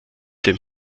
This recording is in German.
dem